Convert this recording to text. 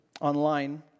online